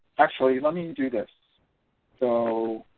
actually let me do this so